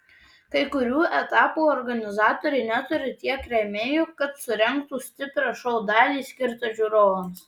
kai kurių etapų organizatoriai neturi tiek rėmėjų kad surengtų stiprią šou dalį skirtą žiūrovams